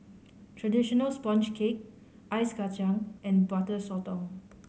traditional sponge cake Ice Kachang and Butter Sotong